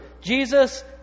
Jesus